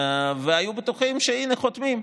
והיו בטוחים שהינה, חותמים.